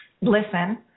listen